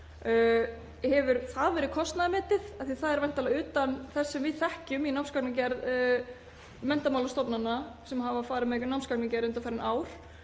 Hefur það verið kostnaðarmetið? Það er væntanlega utan þess sem við þekkjum í námsgagnagerð menntamálastofnana sem hafa farið með námsgagnagerð undanfarin ár.